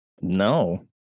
No